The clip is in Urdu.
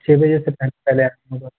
چھ بجے سے پہلے پہلے آپ